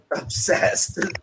obsessed